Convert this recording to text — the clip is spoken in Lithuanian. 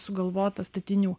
sugalvota statinių